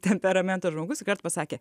temperamento žmogus iškart pasakė